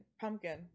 Pumpkin